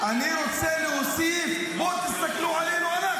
--- אני רוצה להוסיף: בואו תסתכלו עלינו.